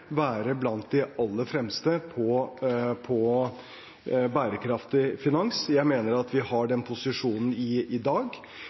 være blant de aller fremste på bærekraftig finans. Jeg mener at vi har den posisjonen i dag.